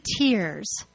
tears